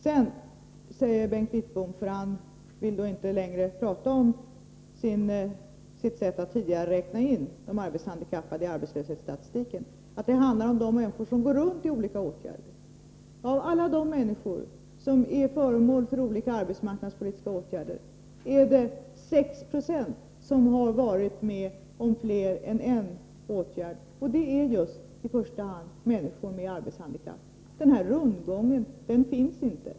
Sedan säger Bengt Wittbom — för han vill inte längre prata om sitt sätt att tidigare räkna in de arbetshandikappade i arbetslöshetsstatistiken — att det handlar om de människor som går runt i olika arbetsmarknadspolitiska åtgärder. Av de människor som är föremål för olika arbetsmarknadspolitiska åtgärder är det 6 96 som har varit med om fler än en åtgärd, och det är i första hand just människor med arbetshandikapp. Den där ”rundgången” finns inte.